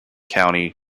county